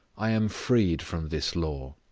i am freed from this law,